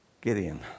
Gideon